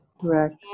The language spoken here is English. Correct